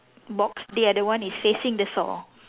box the other one is facing the saw